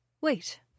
Wait